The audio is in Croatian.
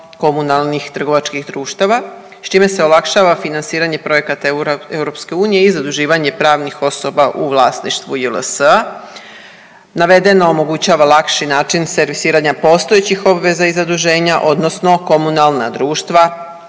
komunalnih trgovačkih društava s čime se olakšava financiranje projekata EU i zaduživanje pravnih osoba u vlasništvu JLS-a. Navedeno omogućava lakši način servisiranja postojećih obveza i zaduženja odnosno komunalna društva